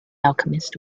alchemist